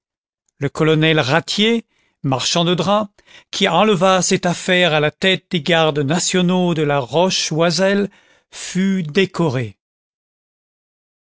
le colonel ratier marchand de drap qui enleva cette affaire à la tête des gardes nationaux de la roche oysel fut décoré